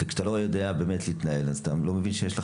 כשאתה לא יודע להתנהל אתה לא מבין,